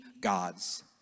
God's